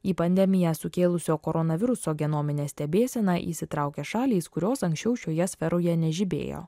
į pandemiją sukėlusio koronaviruso genominę stebėseną įsitraukė šalys kurios anksčiau šioje sferoje nežibėjo